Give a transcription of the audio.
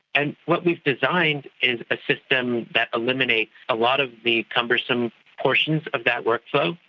and what we've designed is a system that eliminates a lot of the cumbersome portions of that workflow,